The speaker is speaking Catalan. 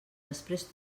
després